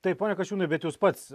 taip pone kasčiūnai bet jūs pats